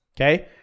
okay